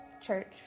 church